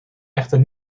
echter